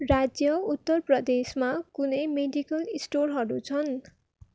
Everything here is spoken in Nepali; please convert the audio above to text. राज्य उत्तर प्रदेशमा कुनै मेडिकल स्टोरहरू छन्